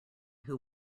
who